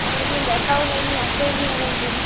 অনেক দিন দেখাও হয়নি আসোওনি অনেক দিন